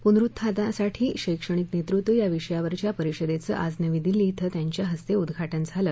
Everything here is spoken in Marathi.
पुनरुत्थानासाठी शैक्षणिक नेतृत्व या विषयावरच्या परिषदेचं आज नवी दिल्ली इथं त्यांच्या हस्ते उद्घाटन झालं